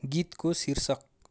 गीतको शीर्षक